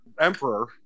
emperor